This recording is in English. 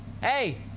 Hey